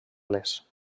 les